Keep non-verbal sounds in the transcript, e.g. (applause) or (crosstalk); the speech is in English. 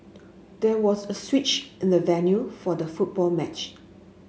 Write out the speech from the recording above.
there was a switch in the venue for the football (unintelligible)